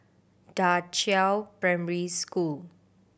Da Qiao Primary School